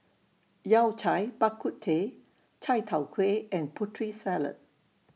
Yao Cai Bak Kut Teh Chai Tow Kway and Putri Salad